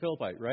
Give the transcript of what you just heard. right